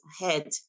ahead